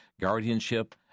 guardianship